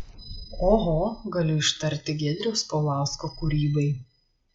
oho galiu ištarti giedriaus paulausko kūrybai